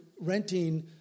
renting